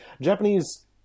Japanese